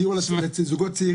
הבעיה היא הדיור לזוגות צעירים,